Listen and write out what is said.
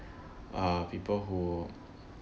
are people who